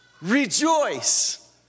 Rejoice